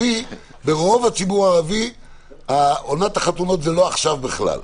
שברוב הציבור הערבי עונת החתונות זה לא עכשיו בכלל.